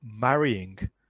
marrying